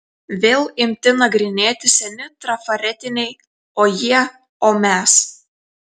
vėl imti nagrinėti seni trafaretiniai o jie o mes